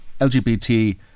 LGBT